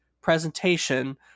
presentation